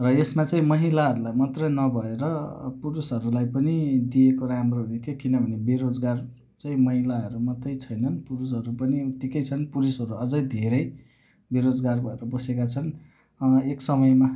र यसमा चाहिँ महिलाहरूलाई मात्रै नभएर पुरुषहरूलाई पनि दिएको राम्रो हुने थियो किनभने बेरोजगार चाहिँ महिलाहरू मात्रै छैनन् पुरुषहरू पनि उत्तिकै छन् पुरुषहरू अझै धेरै बेरोजगार भएर बसेका छन् एक समयमा